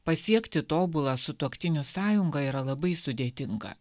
pasiekti tobulą sutuoktinių sąjungą yra labai sudėtinga